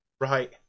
Right